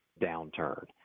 downturn